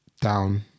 down